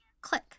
Click